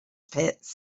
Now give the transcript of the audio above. pits